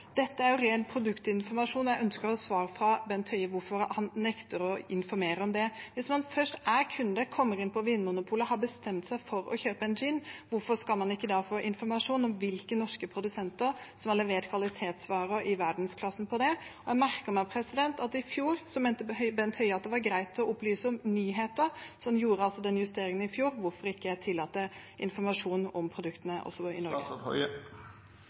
Dette er jo ren produktinformasjon, og jeg ønsker et svar fra Bent Høie om hvorfor han nekter å informere om det. Når en kunde først kommer inn på Vinmonopolet og har bestemt seg for å kjøpe en gin, hvorfor skal vedkommende da ikke få informasjon om hvilke norske produsenter som har levert kvalitetsvarer i verdensklasse på det? Jeg merket meg at Bent Høie i fjor mente at det var greit å opplyse om nyheter, noe som førte til en justering i fjor, så hvorfor ikke tillate informasjon om produktene også i